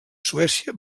suècia